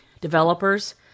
developers